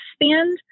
expand